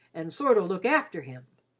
and sort of look after him.